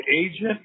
agent